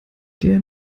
der